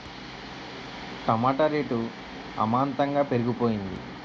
టమాట rate అమాంతంగా పెరిగిపోయింది